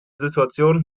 situation